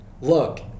look